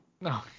No